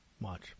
watch